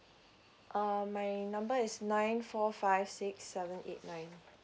err my number is nine four five six seven eight nine